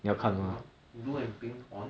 what blue and pink on